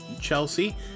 Chelsea